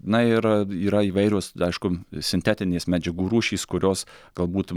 na ir yra įvairios aišku sintetinės medžiagų rūšys kurios galbūt